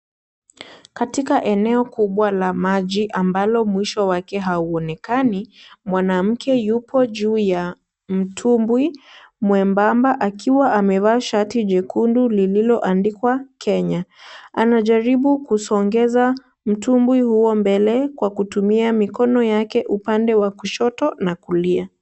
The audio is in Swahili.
Katika eneo kubwa la maji ambalo mwisho wake hauonekani, mwanamke yuko juu ya mtumbwi mwembaba akiwa amevaa shati jekundu liloandikwa Kenya, anajaribu kusongeza mtumbwi huo mbele kwa kutumia mikono yake upande wa kushoto na kulia.